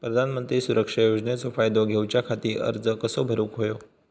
प्रधानमंत्री सुरक्षा योजनेचो फायदो घेऊच्या खाती अर्ज कसो भरुक होयो?